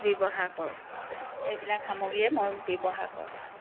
ব্যৱহাৰ কৰোঁ এইবিলাক সামগ্ৰীয়েই মই ব্যৱহাৰ কৰোঁ